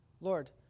Lord